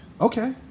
Okay